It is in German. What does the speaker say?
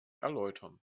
erläutern